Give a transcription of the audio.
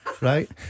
Right